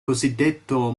cosiddetto